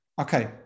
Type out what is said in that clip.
Okay